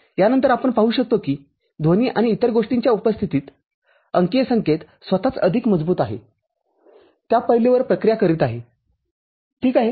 यानंतर आपण पाहु शकतो की ध्वनी आणि इतर गोष्टींच्या उपस्थितीत अंकीय संकेत स्वतःच अधिक मजबूत आहे त्या पैलूवर प्रक्रिया करीत आहे ठीक आहे